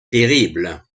terrible